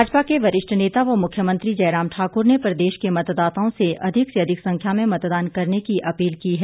भाजपा के वरिष्ठ नेता व मुख्यमंत्री जयराम ठाकुर ने प्रदेश के मतदाताओं से अधिक से अधिक संख्या में मतदान करने की अपील की है